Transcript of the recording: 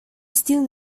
still